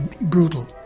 brutal